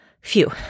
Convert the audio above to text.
Phew